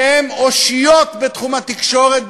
שהם אושיות בתחום התקשורת,